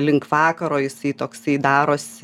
link vakaro jisai toksai darosi